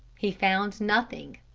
he found nothing.